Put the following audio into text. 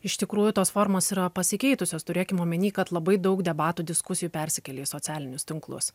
iš tikrųjų tos formos yra pasikeitusios turėkim omeny kad labai daug debatų diskusijų persikėlė į socialinius tinklus